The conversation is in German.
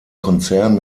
konzern